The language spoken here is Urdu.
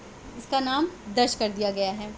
اس کا نام درج کر دیا گیا ہے